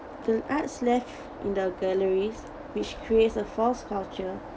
the arts left in the galleries which creates a false culture